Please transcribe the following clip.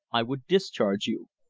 i would discharge you.